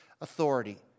authority